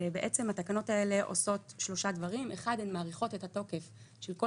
התקנות האלה עושות שלושה דברים: הן מאריכות את התוקף של כל